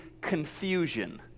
confusion